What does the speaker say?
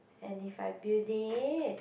and if I build it